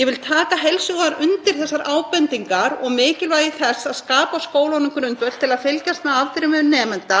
Ég vil taka heils hugar undir þessar ábendingar og mikilvægi þess að skapa skólunum grundvöll til að fylgjast með afdrifum nemenda